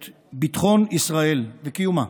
את ביטחון ישראל וקיומה.